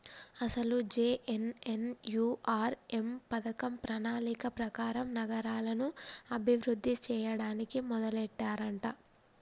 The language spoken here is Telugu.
అసలు జె.ఎన్.ఎన్.యు.ఆర్.ఎం పథకం ప్రణాళిక ప్రకారం నగరాలను అభివృద్ధి చేయడానికి మొదలెట్టారంట